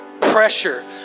pressure